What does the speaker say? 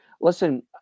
listen